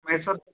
Mysuru sir